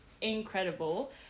incredible